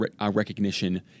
recognition